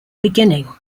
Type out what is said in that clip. beginning